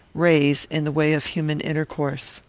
raise in the way of human intercourse.